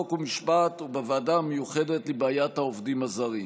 חוק ומשפט ובוועדה המיוחדת לבעיית העובדים הזרים.